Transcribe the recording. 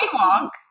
sidewalk